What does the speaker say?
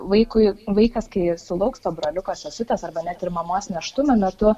vaikui vaikas kai sulauks to broliuko sesutės arba net ir mamos nėštume metu